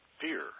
fear